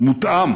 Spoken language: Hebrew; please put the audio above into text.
מותאם